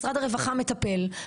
משרד הרווחה מטפל,